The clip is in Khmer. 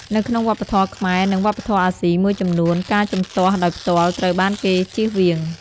នៅក្នុងវប្បធម៌ខ្មែរ និង វប្បធម៌អាស៊ីមួយចំនួន ការជំទាស់ដោយផ្ទាល់ ត្រូវបានគេជៀសវាង។